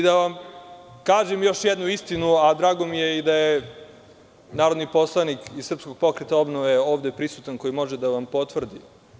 Da vam kažem još jednu istinu, a drago mi je i da je narodni poslanik iz Srpskog pokreta obnove ovde prisutan, koji može da vam potvrdi.